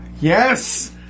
Yes